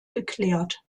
geklärt